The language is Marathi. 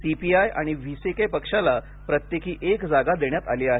सी पी आय आणि व्ही सी के पक्षाला प्रत्येकी एक जागा देण्यात आली आहे